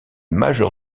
major